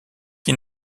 qui